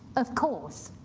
of course,